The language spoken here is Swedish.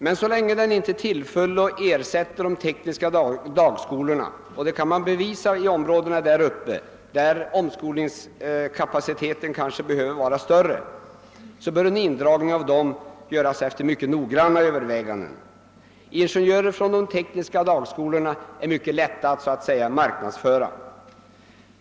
Men så länge den inte ersätter de tekniska dagskolorna — och det kan man bevisa att den inte gör i de norra delarna av landet där omskolningskapaciteten kanske behöver vara större — bör en indragning av dessa ske först efter mycket noggranna överväganden. Ingenjörer från de tekniska dagskolorna är mycket lätta att så att säga marknadsföra.